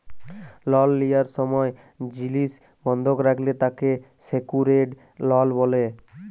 লল লিয়ার সময় জিলিস বন্ধক রাখলে তাকে সেক্যুরেড লল ব্যলে